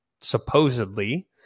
supposedly